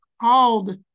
called